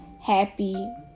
happy